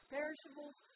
Perishables